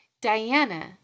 Diana